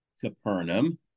Capernaum